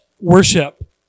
worship